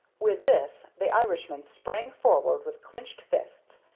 with this the irishman sprang forward with clinched fists,